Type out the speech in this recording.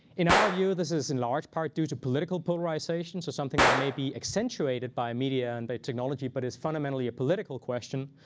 in our view, this is in large part due to political polarization. so something that may be accentuated by media and by technology, but it's fundamentally a political question.